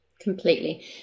Completely